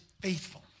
faithful